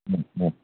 ഉം മ്